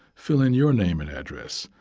fill and your name and address.